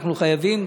אנחנו חייבים,